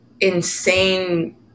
insane